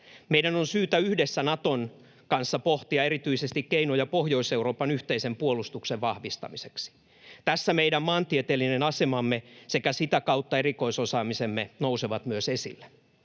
Meidän on syytä yhdessä Naton kanssa pohtia erityisesti keinoja Pohjois-Euroopan yhteisen puolustuksen vahvistamiseksi. Tässä meidän maantieteellinen asemamme sekä sitä kautta erikoisosaamisemme nousevat myös esille.